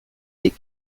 des